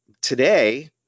Today